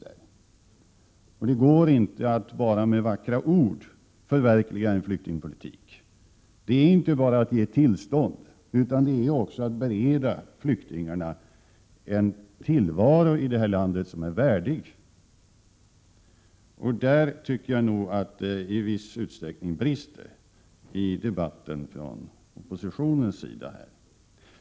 Man kan inte bara med vackra ord förverkliga en flyktingpolitik. Det gäller inte bara att ge arbetstillstånd utan också att bereda flyktingarna en värdig tillvaro i vårt land. I det avseendet tycker jag att det i viss utsträckning brister i den debatt som här förts från oppositionens sida.